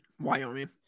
wyoming